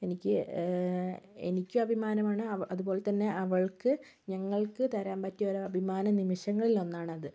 എനിക്ക് എനിക്കും അഭിമാനമാണ് അതുപോലെ തന്നെ അവൾക്ക് ഞങ്ങൾക്ക് തരാൻ പറ്റിയ ഒരു അഭിമാന നിമിഷങ്ങളിലൊന്നാണത്